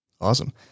Awesome